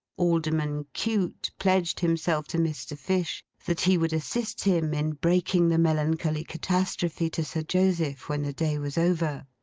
alderman cute pledged himself to mr. fish that he would assist him in breaking the melancholy catastrophe to sir joseph when the day was over.